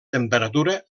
temperatura